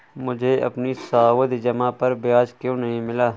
मुझे अपनी सावधि जमा पर ब्याज क्यो नहीं मिला?